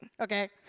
Okay